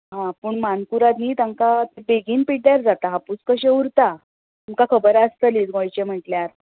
आ पूण मानकुराद न्ही तांकां बेगीन पिड्ड्यार जाता हापूस कशे उरता तुमकां खबर आसतलीच गोंयचे म्हटल्यार